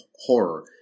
horror